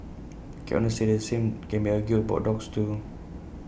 cat owners say the same can be argued about dogs too